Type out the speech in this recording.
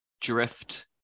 drift